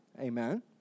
amen